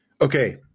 okay